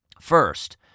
First